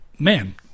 Man